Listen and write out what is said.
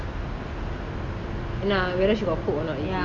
ஆனா:aana whether she got cook or not is it